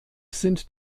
sind